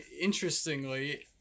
interestingly